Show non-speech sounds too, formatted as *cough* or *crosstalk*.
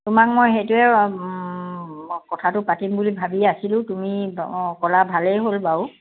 তোমাক মই সেইটোৱে *unintelligible* কথাটো পাতিম বুলি ভাবি আছিলোঁ তুমি ক'লা ভালেই হ'ল বাৰু